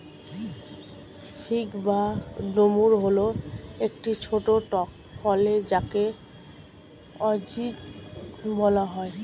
fig বা ডুমুর হল একটি ছোট্ট টক ফল যাকে আঞ্জির বলা হয়